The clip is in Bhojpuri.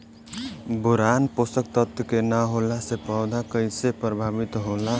बोरान पोषक तत्व के न होला से पौधा कईसे प्रभावित होला?